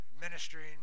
ministering